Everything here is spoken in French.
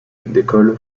d’école